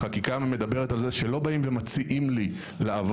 החקיקה מדברת על זה שלא באים ומציעים לי לעבור,